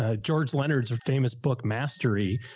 ah george leonard's famous book mastery.